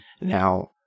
Now